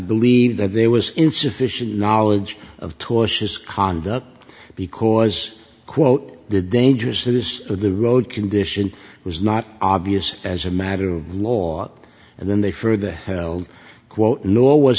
believe that there was insufficient knowledge of tortious cond up because quote the dangers that is the road condition was not obvious as a matter of law and then they for the hell quote nor was